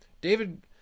David